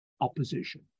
opposition